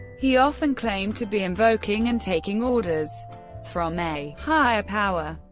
he often claimed to be invoking and taking orders from a higher power.